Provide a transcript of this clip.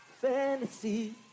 fantasy